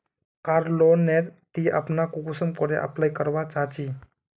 कार loan नेर ती अपना कुंसम करे अप्लाई करवा चाँ चची?